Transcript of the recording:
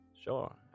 Sure